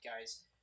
guys